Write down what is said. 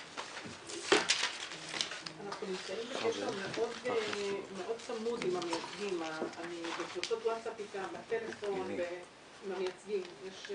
11:31.